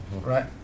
right